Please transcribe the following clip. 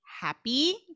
happy